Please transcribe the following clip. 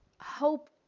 hope